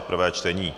prvé čtení